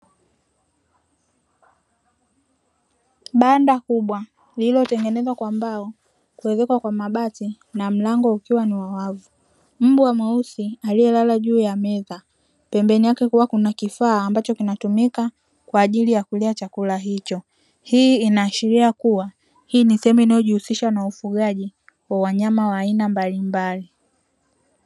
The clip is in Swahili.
Banda kubwa lililotengenezwa kwa mbao, kuezekwa kwa mabati na mlango ukiwa ni wa wavu. Mbwa mweusi aliyelala juu ya meza, pembeni yake kukiwa kuna kifaa ambacho kinatumika kwa ajili ya kulia chakula hicho. Hii inaashiria kuwa hii ni sehemu inayojihusisha na ufugaji wa wanyama wa aina mbalimbali.